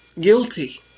guilty